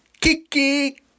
Kiki